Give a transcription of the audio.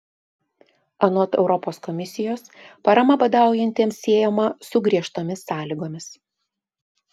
anot europos komisijos parama badaujantiesiems siejama su griežtomis sąlygomis